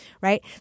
right